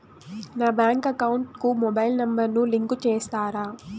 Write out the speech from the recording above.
నా bank account కు mobile number ను లింకు చేస్తారా?